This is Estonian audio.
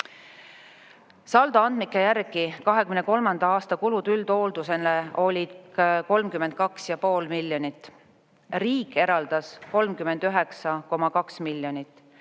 Saldoandmike järgi olid 2023. aasta kulud üldhooldusele 32,5 miljonit. Riik eraldas 39,2 miljonit,